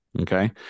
Okay